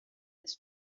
its